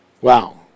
wow